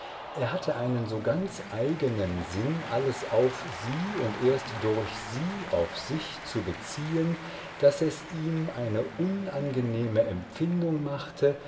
er hatte einen so ganz eigenen sinn alles auf sie und erst durch sie auf sich zu beziehen daß es ihm eine unangenehme empfindung machte